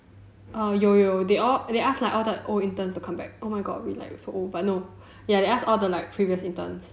err 有有 they ask like all the old interns to come back oh my god we like so old but no ya they ask all the like previous interns